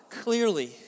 clearly